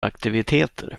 aktiviteter